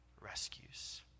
rescues